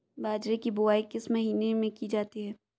बाजरे की बुवाई किस महीने में की जाती है?